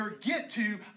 get-to